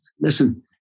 listen